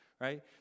right